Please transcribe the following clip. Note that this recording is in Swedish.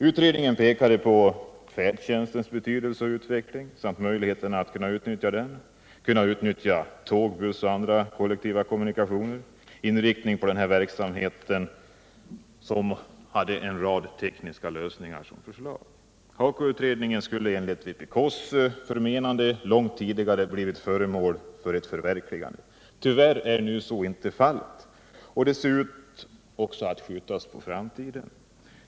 — Utredningen pekade på färdtjänstens betydelse och utveckling, möjligheterna att kunna utnyttja tåg, buss och andra kollektiva kommunikationer samt inriktningen av denna verksamhet och en rad tekniska lösningar. HAKO-utredningen skulle enligt vpk:s förmenande långt tidigare ha blivit föremål för ett förverkligande. Tyvärr har så inte varit fallet, och det ser ut att skjutas än mer på framtiden.